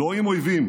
לא עם אויבים.